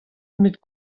met